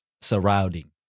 surrounding